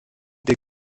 des